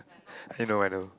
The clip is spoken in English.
I know I know